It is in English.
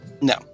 no